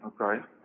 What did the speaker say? okay